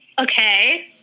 Okay